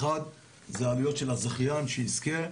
אחד, זה העלויות של הזכיין שיזכה.